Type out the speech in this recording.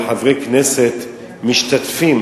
וחברי כנסת משתתפים,